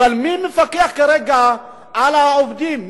אבל מי מפקח כרגע על העובדים?